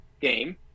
game